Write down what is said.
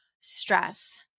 stress